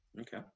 Okay